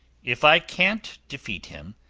if i can't defeat him,